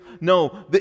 no